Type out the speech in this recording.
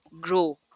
grow